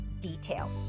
detail